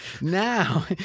Now